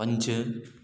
पंज